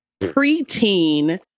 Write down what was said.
preteen